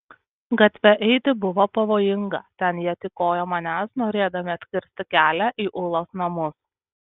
gatve eiti buvo pavojinga ten jie tykojo manęs norėdami atkirsti kelią į ulos namus